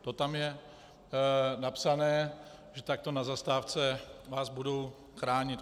To tam je napsané, že takto na zastávce vás budou chránit.